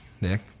Nick